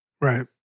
Right